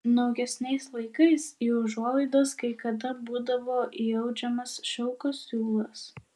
naujesniais laikais į užuolaidas kai kada būdavo įaudžiamas šilko siūlas